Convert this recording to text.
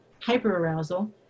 hyperarousal